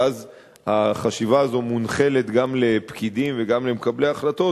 שאז החשיבה הזאת מונחלת גם לפקידים וגם למקבלי החלטות,